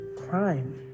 crime